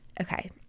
Okay